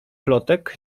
plotek